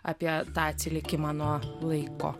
apie tą atsilikimą nuo laiko